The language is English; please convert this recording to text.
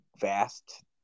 vast